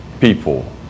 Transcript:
people